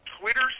Twitter